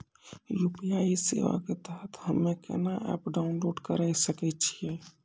UPI सेवा के तहत हम्मे केना एप्प डाउनलोड करे सकय छियै?